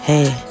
Hey